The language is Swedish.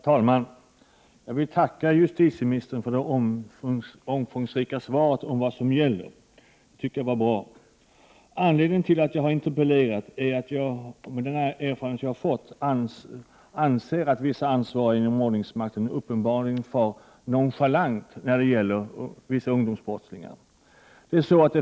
Herr talman! Jag vill tacka justitieministern för det omfångsrika svaret. Jag tycker att det var bra. Anledningen till att jag har interpellerat är att jag med den erfarenhet jag 89 har fått anser att vissa ansvariga inom ordningsmakten uppenbarligen är nonchalanta när det gäller vissa ungdomsbrottslingar.